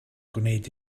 gwneud